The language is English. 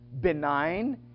benign